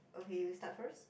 okay you start first